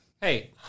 Hey